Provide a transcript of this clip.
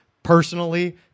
personally